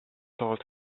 told